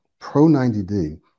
Pro90D